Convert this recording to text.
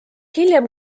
hiljem